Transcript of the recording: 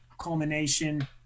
culmination